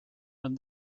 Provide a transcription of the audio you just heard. and